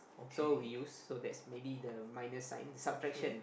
so we use so that's maybe the minus sign subtraction